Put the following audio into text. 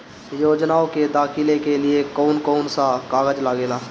योजनाओ के दाखिले के लिए कौउन कौउन सा कागज लगेला?